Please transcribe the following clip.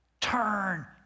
Turn